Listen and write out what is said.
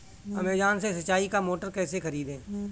Amazon से सिंचाई का मोटर कैसे खरीदें?